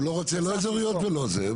הוא לא רוצה, לא אזוריות ולא זה.